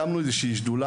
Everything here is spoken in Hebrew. הקמנו איזו שהיא שדולה,